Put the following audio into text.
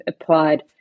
applied